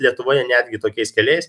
lietuvoje netgi tokiais keliais